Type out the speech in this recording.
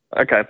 Okay